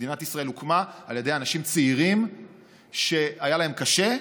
מדינת ישראל הוקמה על ידי אנשים צעירים שהיה להם קשה,